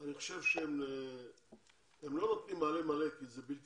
אני חושב שהן לא נותנות מענה מלא כי זה בלתי